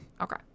Okay